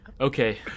okay